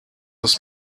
this